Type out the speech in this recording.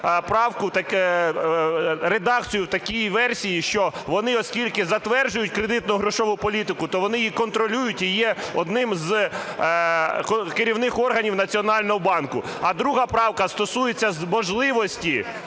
викласти редакцію в такій версії, що вони, оскільки затверджують кредитно-грошову політику, то вони і контролюють її одним з керівних органів Національного банку. А друга правка стосується можливості